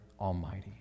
Almighty